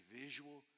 visual